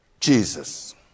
Jesus